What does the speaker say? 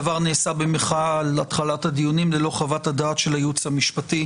הדבר נעשה במחאה על התחלת הדיונים ללא חוות-הדעת של הייעוץ המשפטי,